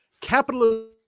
Capitalism